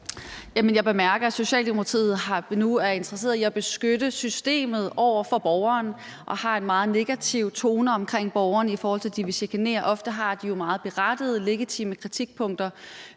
Jeg bemærker, at Socialdemokratiet nu er interesseret i at beskytte systemet mod borgeren, og at man har en meget negativ tone omkring borgerne, i forhold til at de vil chikanere. Ofte har de jo meget berettigede, legitime kritikpunkter